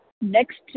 next